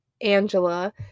Angela